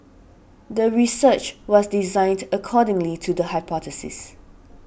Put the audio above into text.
the research was designed accordingly to the hypothesis